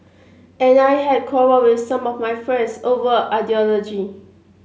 and I had quarrelled with some of my friends over ideology